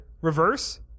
Reverse